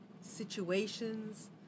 situations